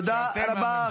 תודה רבה.